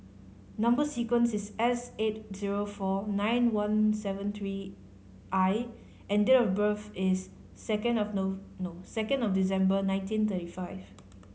number sequence is S eight zero four nine one seven three I and date of birth is second of second of December nineteen thirty five